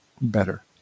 better